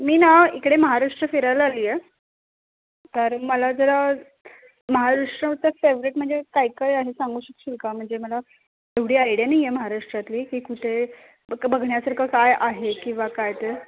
मी ना इकडे महाराष्ट्र फिरायला आली आहे कारण मला जरा महाराष्ट्बद्दल फेवरेट म्हणजे काय काय आहे सांगू शकशील का म्हणजे मला एवढी आयडिया नाही आहे महाराष्ट्रातली की कुठे बक बघण्यासारखं काय आहे किंवा काय तर